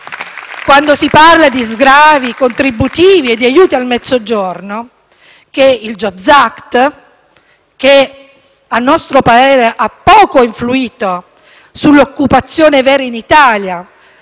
quando si parla di sgravi contributivi e di aiuti al Mezzogiorno, che il *jobs act* a nostro parere ha poco influito sull'occupazione vera in Italia,